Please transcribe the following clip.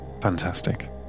Fantastic